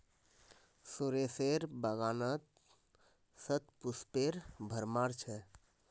सुरेशेर बागानत शतपुष्पेर भरमार छ